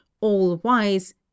all-wise